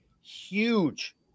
huge